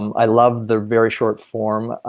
i love their very short forum.